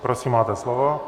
Prosím, máte slovo.